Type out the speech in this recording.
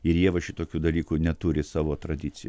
ir jie va šitokių dalykų neturi savo tradicijoj